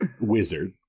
wizard